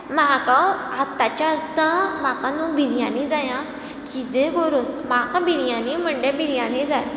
म्हाका आतांच्या आतां म्हाका न्हू बिरयानी जाय आ किदें करून म्हाका बिरयानी म्हणजे बिरयानी जाय